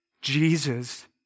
Jesus